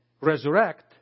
Resurrect